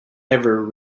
ever